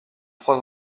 trois